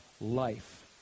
life